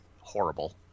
horrible